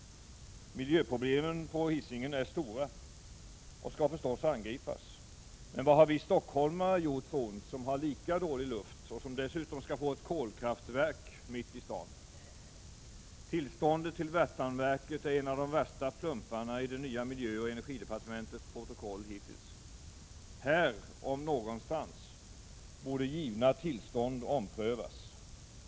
Miljöproblemen på Hisingen är stora och skall förstås angripas. Men vad har vi stockholmare gjort för ont, som har lika dålig luft och som dessutom skall få ett kolkraftverk mitt i staden? Tillståndet till Värtanverket är ett av de värsta plumparna i det nya miljöoch energidepartementets protokoll hittills. Här — om någonstans — borde givna tillstånd omprövas.